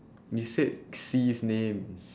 you said C's name